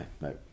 no